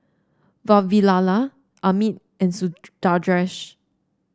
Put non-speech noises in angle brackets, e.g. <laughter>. Vavilala Amit and <unintelligible>